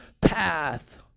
path